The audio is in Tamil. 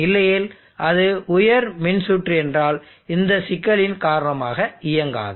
இல்லையெனில் அது உயர் மின்சுற்று என்றால் இந்த சிக்கலின் காரணமாக இயங்காது